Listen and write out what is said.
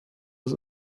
was